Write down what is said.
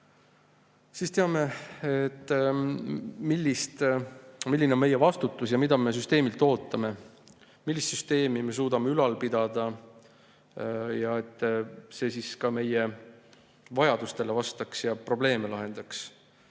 Siis teame, milline on meie vastutus ja mida me süsteemilt ootame, millist süsteemi me suudame ülal pidada, et see siis ka meie vajadustele vastaks ja probleeme lahendaks. Keeruline